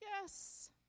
yes